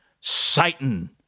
Satan